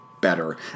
better